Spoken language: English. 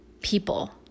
people